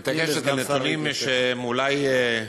היא מתעקשת על נתונים שהם אולי,